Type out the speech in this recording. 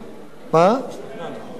השתכנענו.